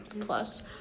Plus